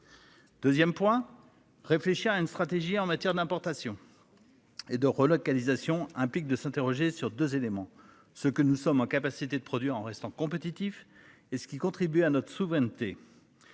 2ème point réfléchir à une stratégie en matière d'importation. Et de relocalisation implique de s'interroger sur 2 éléments, ce que nous sommes en capacité de produire en restant compétitifs et ce qui contribue à notre souveraineté.